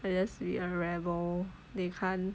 I just be a rebel they can't